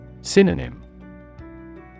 Synonym